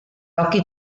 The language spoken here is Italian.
occhi